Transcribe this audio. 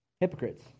Hypocrites